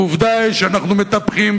ועובדה היא שאנחנו מטפחים,